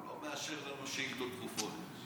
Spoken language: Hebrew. הוא לא מאשר שיקנו תרופות.